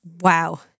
Wow